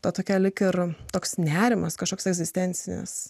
ta tokia lyg ir toks nerimas kažkoks egzistencijos